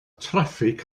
traffig